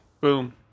Boom